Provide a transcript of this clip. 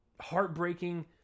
heartbreaking